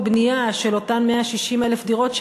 בבנייה של אותן 160,000 דירות.